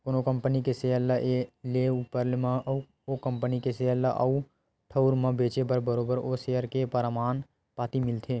कोनो कंपनी के सेयर ल लेए ऊपर म अउ ओ कंपनी के सेयर ल आन ठउर म बेंचे म बरोबर ओ सेयर के परमान पाती मिलथे